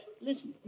Listen